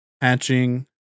hatching